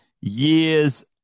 years